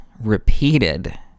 repeated